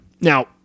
Now